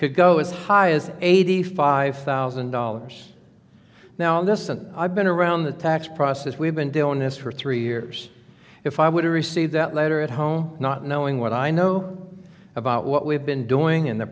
could go as high as eighty five thousand dollars now this is an i've been around the tax process we've been doing this for three years if i would have received that letter at home not knowing what i know about what we've been doing in the